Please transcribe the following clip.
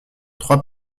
trois